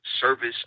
service